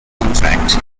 contract